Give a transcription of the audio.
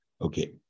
Okay